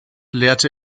lehrte